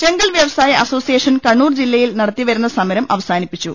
ചെങ്കൽ വ്യവസായ അസോസിയേഷൻ കണ്ണൂർ ജില്ലയിൽ നടത്തി വന്ന സമരം അവസാനിപ്പിച്ചു